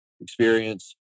experience